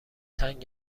تنگ